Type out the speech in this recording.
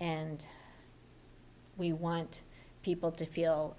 and we want people to feel